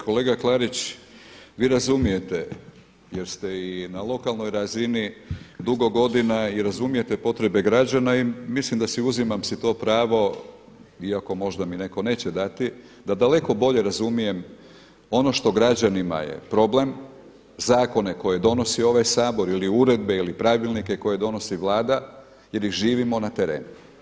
Kolega Klarić vi razumijete jer ste i na lokalnoj razini dugo godina i razumijete potrebe građana i mislim da si uzimam si to pravo, iako možda mi netko neće dati da daleko bolje razumijem ono što građanima je problem, zakone koje donosi ovaj Sabor ili uredbe ili pravilnike koje donosi Vlada jer ih živimo na terenu.